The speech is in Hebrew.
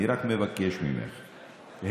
אני רק מבקש ממך,